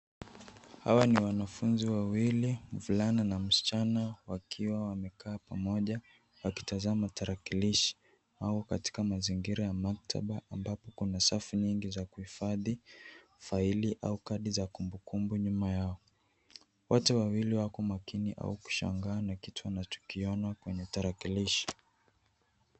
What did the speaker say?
Hawa ni wanafunzi wawili, mvulana na msichana, wakiwa wamekaa pamoja wakitazama tarakilishi au katika mazingira ya maktaba ambapo kuna safu nyingi za kuhifadhi faili au kadi za kumbukumbu nyuma yao. Watu wawili wako makini au kushangaa na kitu wanachokiona kwenye tarakilishi.